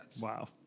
Wow